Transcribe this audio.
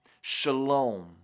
shalom